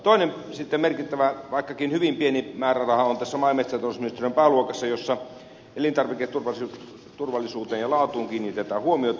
toinen merkittävä vaikkakin hyvin pieni määräraha on maa ja metsätalousministeriön pääluokassa jossa elintarviketurvallisuuteen ja laatuun kiinnitetään huomiota